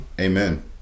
Amen